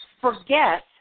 forget